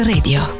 Radio